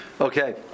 Okay